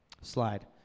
Slide